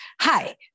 hi